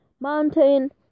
mountain